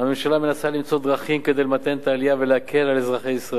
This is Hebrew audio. הממשלה מנסה למצוא דרכים למתן את העלייה ולהקל על אזרחי ישראל.